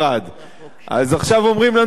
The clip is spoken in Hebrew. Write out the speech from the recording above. אז עכשיו אומרים לנו: זה לא מספיק,